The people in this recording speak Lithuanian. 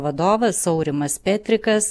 vadovas aurimas petrikas